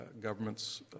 government's